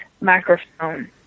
microphone